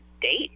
date